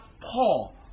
Paul